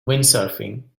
windsurfing